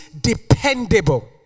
dependable